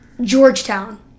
Georgetown